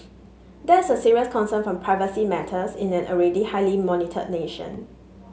that's a serious concern for privacy matters in an already highly monitored nation